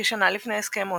כשנה לפני הסכמי אוסלו,